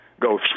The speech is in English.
go